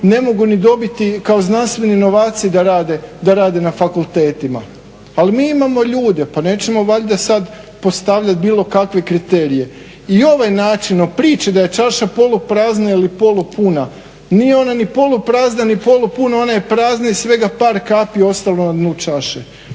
ne mogu ni dobiti kao znanstveni novaci da rade na fakultetima. Ali mi imamo ljude, pa nećemo valjda sad postavljati bilo kakve kriterije. I ovaj način o priči da je čaša poluprazna ili polupuna nije ona ni poluprazna ni polupuna ona je prazna i svega je par kapi ostalo na dnu čaše.